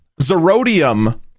ZeroDium